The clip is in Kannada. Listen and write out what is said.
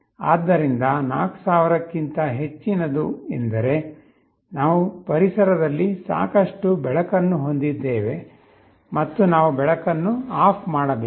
ಆದ್ದರಿಂದ 4000 ಕ್ಕಿಂತ ಹೆಚ್ಚಿನದು ಎಂದರೆ ನಾವು ಪರಿಸರದಲ್ಲಿ ಸಾಕಷ್ಟು ಬೆಳಕನ್ನು ಹೊಂದಿದ್ದೇವೆ ಮತ್ತು ನಾವು ಬೆಳಕನ್ನು ಆಫ್ ಮಾಡಬೇಕು